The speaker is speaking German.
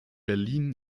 berlin